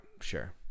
sure